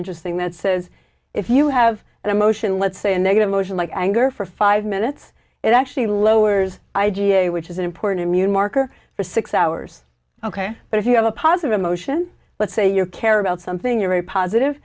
interesting that says if you have an emotion let's say negative emotions like anger for five minutes it actually lowers i g a which is an important immune marker for six hours ok but if you have a positive emotion let's say you care about something or a positive